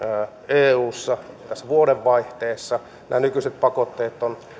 eussa tässä vuodenvaihteessa nämä nykyiset pakotteet ovat